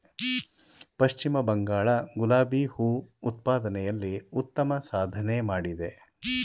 ಪಶ್ಚಿಮ ಬಂಗಾಳ ಗುಲಾಬಿ ಹೂ ಉತ್ಪಾದನೆಯಲ್ಲಿ ಉತ್ತಮ ಸಾಧನೆ ಮಾಡಿದೆ